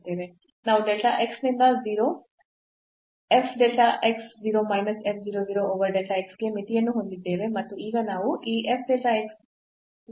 ನಾವು delta x ನಿಂದ 0 f delta x 0 minus f 0 0 over delta x ಗೆ ಮಿತಿಯನ್ನು ಹೊಂದಿದ್ದೇವೆ ಮತ್ತು ಈಗ ನೀವು ಈ f delta x 0 ಎಂದು ಗಮನಿಸಿ